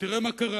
תראה מה קרה